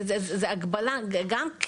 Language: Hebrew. זה גם כאב,